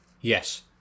Yes